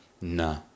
no